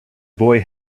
boy